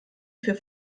für